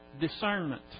discernment